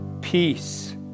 Peace